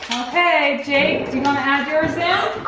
hey, jake, do you wanna add yours in?